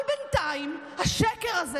אבל בינתיים השקר הזה,